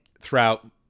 throughout